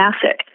classic